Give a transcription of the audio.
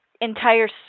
entire